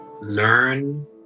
learn